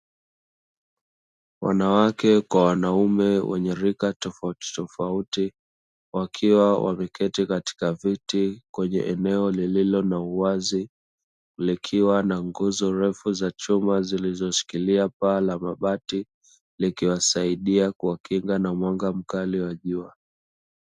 Wanawake kwa wanaume wenye rika tofautitofauti wakiwa wameketi katika viti kwenye eneo lililo na uwazi, likiwa na nguzo refu za chuma zilizoshikilia paa la mabati likiwasaidia kuwakinga na mwanga mkali wa jua.